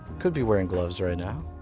could be wearing gloves right now.